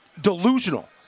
delusional